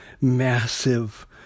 massive